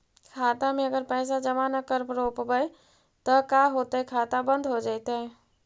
खाता मे अगर पैसा जमा न कर रोपबै त का होतै खाता बन्द हो जैतै?